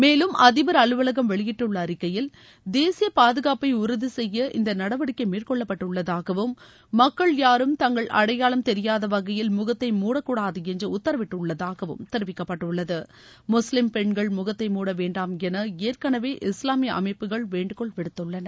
மேலும் அதிபர் அலுவலகம் வெளியிட்டுள்ள அறிக்கையில் தேசிய பாதுகாப்பை உறுதி செய்ய இந்த நடவடிக்கை மேற்கொள்ளப்பட்டுள்ளதாகவும் மக்கள் யாரும் தங்கள் அடையாளம் தெரியாத வகையில் முகத்தை மூடக்கூடாது என்று உத்தரவிட்டுள்ளதாகவும் தெரிவிக்கப்பட்டுள்ளது முஸ்லீம் பெண்கள் முகத்தை மூட வேண்டாம் என ஏற்களவே இஸ்லாமிய அமைப்புகள் வேண்டுகோள் விடுத்துள்ளன